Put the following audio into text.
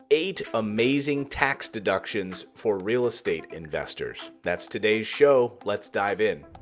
eight amazing tax deductions for real estate investors that's today's show. let's dive in.